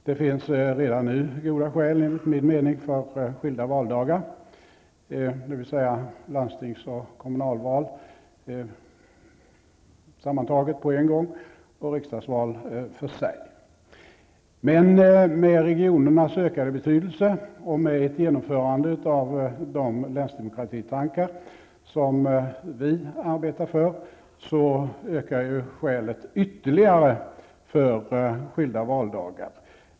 Det finns enligt min mening redan nu goda skäl för att införa skilda valdagar, dvs. landstingsoch kommunalval på en gång och riksdagsval för sig. Med regionernas ökade betydelse och med ett genomförande av de länsdemokratitankar som vi arbetar för, ökar skälen ytterligare för skilda valdagar.